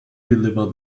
deliver